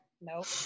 Nope